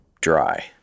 dry